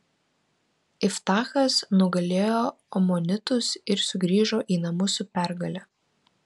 iftachas nugalėjo amonitus ir sugrįžo į namus su pergale